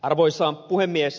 arvoisa puhemies